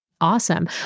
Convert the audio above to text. Awesome